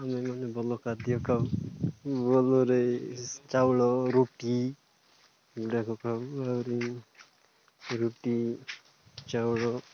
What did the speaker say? ଆମେ ମାନେ ଭଲ ଖାଦ୍ୟ ଖାଉ ଭଲରେ ଚାଉଳ ରୁଟି ଗୁଡ଼ାକ ଖାଉ ଆହୁରି ରୁଟି ଚାଉଳ